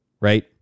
right